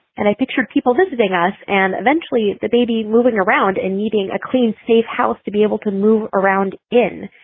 and i pictured people visiting us and eventually the baby moving around and eating a clean, safe house to be able to move around in.